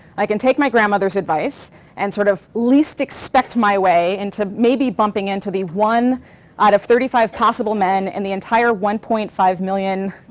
i can take my grandmother's advice and sort of least-expect my way into maybe bumping into the one out of thirty five possible men in the entire one point five million